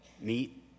meet